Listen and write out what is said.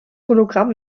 hologramm